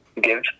give